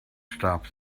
stop